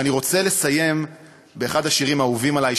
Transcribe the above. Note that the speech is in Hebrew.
ואני רוצה לסיים באחד השירים האהובים עלי,